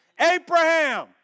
Abraham